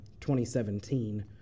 2017